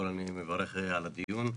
אני מברך על הדיון.